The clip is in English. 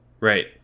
Right